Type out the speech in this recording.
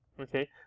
okay